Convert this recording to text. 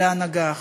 להנהגה עכשיו.